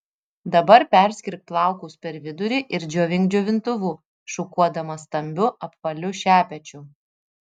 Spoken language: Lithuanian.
dabar perskirk plaukus per vidurį ir džiovink džiovintuvu šukuodama stambiu apvaliu šepečiu